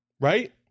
Right